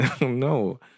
No